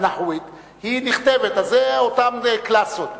"נאחווית", נכתבת, אז זה אותן קלאסות.